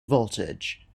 voltage